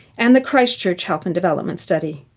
and the christchurch health and development study.